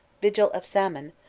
vigil of saman,